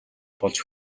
болж